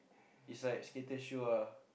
is like skater shoes ah